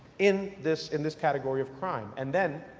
in this in this category of crime. and then,